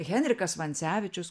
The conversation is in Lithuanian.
henrikas vancevičius